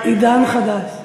עידן חדש.